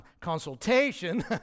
consultation